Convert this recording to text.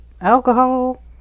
alcohol